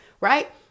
Right